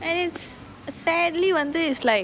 and it's a sadly வந்து:vanthu is like